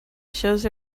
shows